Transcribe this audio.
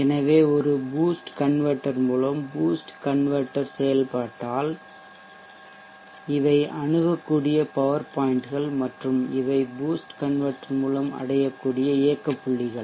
எனவே ஒரு boost converter மூலம் பூஸ்ட் கன்வெர்ட்டெர் செயல்பாட்டில் இவை அணுகக்கூடிய பவர் பாய்ன்ட்கள் மற்றும் இவை பூஸ்ட் கன்வெர்ட்டெர் மூலம் அடையக்கூடிய இயக்க புள்ளிகள்